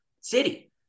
city